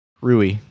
Rui